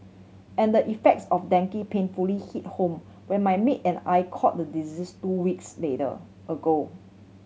and the effects of dengue painfully hit home when my maid and I caught the disease two weeks middle ago